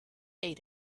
ate